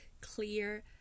clear